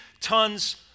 tons